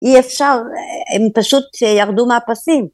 ‫אי אפשר, הם פשוט ירדו מהפסים.